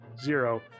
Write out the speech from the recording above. zero